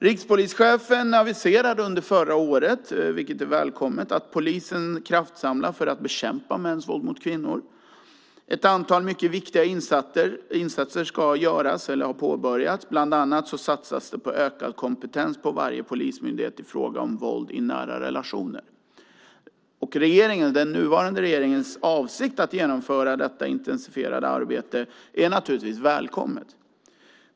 Rikspolischefen aviserade under förra året, vilket är välkommet, att polisen kraftsamlar för att bekämpa mäns våld mot kvinnor. Ett antal mycket viktiga insatser ska göras eller har påbörjats. Bland annat satsas det på ökad kompetens inom varje polismyndighet i fråga om våld i nära relationer. Den nuvarande regeringens avsikt att genomföra detta intensifierade arbete är naturligtvis välkommen.